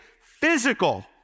physical